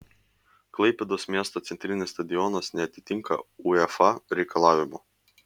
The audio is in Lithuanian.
klaipėdos miesto centrinis stadionas neatitinka uefa reikalavimų